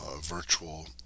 virtual